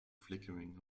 flickering